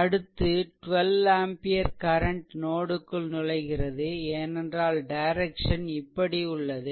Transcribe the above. அடுத்து 12 ampere current நோடுக்குள் நுழைகிறது ஏனென்றால் டைரெக்சன் இப்படி உள்ளது